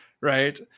Right